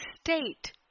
state